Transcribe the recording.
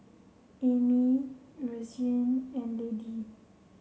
Amy Roseanne and Lady